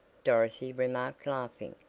dorothy remarked laughing,